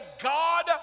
God